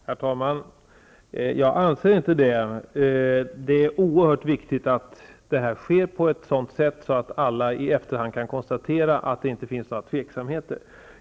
Herr talman! Jag anser inte det. Det är oerhört viktigt att det här sker på ett sådant sätt att alla i efterhand kan konstatera att det inte finns några tveksamheter.